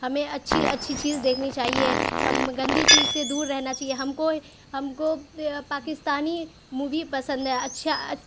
ہمیں اچھی اچھی چیز دیکھنی چاہیے گندی چیز سے دور رہنا چاہیے ہم کو ہم کو پاکستانی مووی پسند ہے اچھا